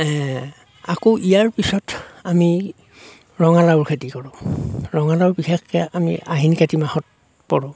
আকৌ ইয়াৰ পিছত আমি ৰঙালাওৰ খেতি কৰোঁ ৰঙালাও বিশেষকে আমি আহিন কাতি মাহত কৰোঁ